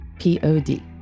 p-o-d